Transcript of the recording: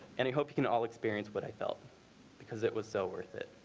any hope you can all experience what i felt because it was so worth it.